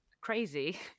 crazy